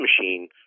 machine